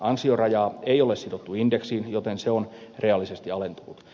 ansiorajaa ei ole sidottu indeksiin joten se on reaalisesti alentunut